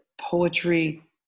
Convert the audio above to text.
poetry